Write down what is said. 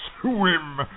Swim